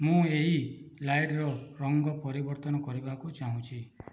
ମୁଁ ଏହି ଲାଇଟ୍ର ରଙ୍ଗ ପରିବର୍ତ୍ତନ କରିବାକୁ ଚାହୁଁଛି